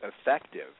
effective